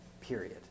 period